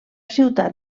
ciutat